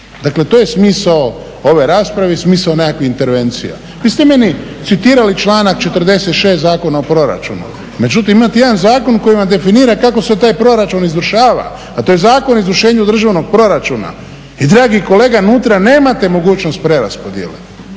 Dakle, to je smisao ove rasprave i smisao nekakvih intervencija. Vi ste meni citirali članak 46. Zakona o proračunu, međutim imate jedan zakon koji vam definira kako se taj proračun izvršava, a to je Zakon o izvršenju državnog proračuna i dragi kolega unutra nemate mogućnost preraspodjele,